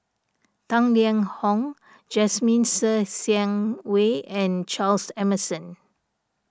Tang Liang Hong Jasmine Ser Xiang Wei and Charles Emmerson